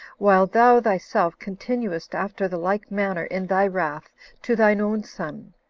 while thou thyself continuest after the like manner in thy wrath to thine own son?